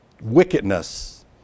wickedness